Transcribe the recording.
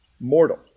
mortal